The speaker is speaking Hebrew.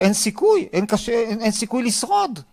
אין סיכוי, אין סיכוי לשרוד!